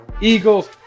Eagles